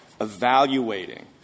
evaluating